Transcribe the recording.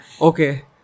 Okay